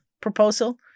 proposal